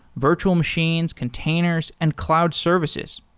virtual machines, containers and cloud services.